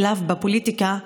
מאליהם בפוליטיקה,